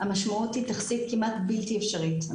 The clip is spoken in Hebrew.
המשמעות היא תכסית כמעט בלתי אפשרית.